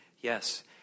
Yes